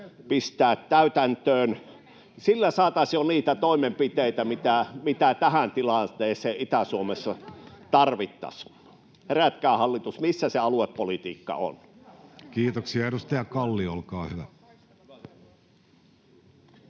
käyttäneet niitä?] Sillä saataisiin jo niitä toimenpiteitä, mitä tähän tilanteeseen Itä-Suomessa tarvittaisiin. Herätkää hallitus! Missä se aluepolitiikka on? [Speech 72] Speaker: Jussi Halla-aho